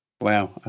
Wow